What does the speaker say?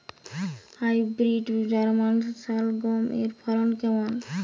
Hybrid German শালগম এর ফলন কেমন?